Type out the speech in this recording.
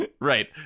Right